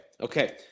okay